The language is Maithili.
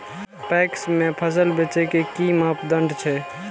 पैक्स में फसल बेचे के कि मापदंड छै?